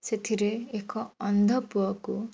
ସେଥିରେ ଏକ ଅନ୍ଧ ପୁଅକୁ